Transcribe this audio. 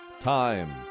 Time